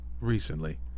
recently